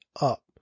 up